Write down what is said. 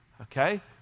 Okay